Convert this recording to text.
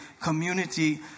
community